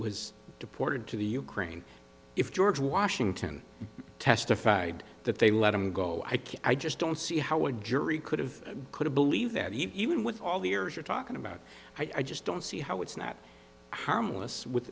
was deported to the ukraine if george washington testified that they let him go i just don't see how a jury could have could believe that even with all the years you're talking about i just don't see how it's not harmless with